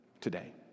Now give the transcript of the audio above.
today